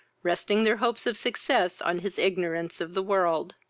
resting their hopes of success on his ignorance of the world.